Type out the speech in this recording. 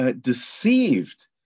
deceived